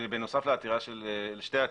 בנוסף לשתי העתירות,